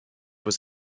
was